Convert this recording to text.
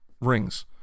rings